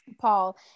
Paul